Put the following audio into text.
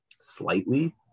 slightly